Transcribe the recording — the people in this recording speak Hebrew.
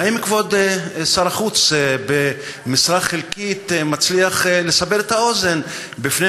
האם כבוד שר החוץ במשרה חלקית מצליח לסבר את האוזן בפני